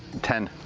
ten.